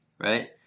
right